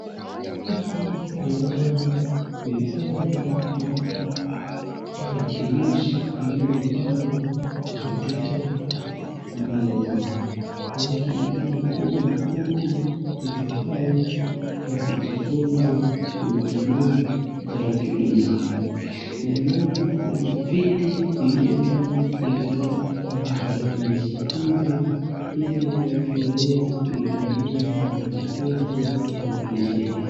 Huku naiona mipango ama tarakilishi iliyo pangwa katika meza. Inajulikana kuwa huku ni pahali pa kujifunza kutumia tarakilishi. Naiona kuna viti iliyo pangwa kulingana na tarakilishi hizi ili watu waweze kuikalia na wajifunze tarakilishi hizi.